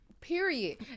Period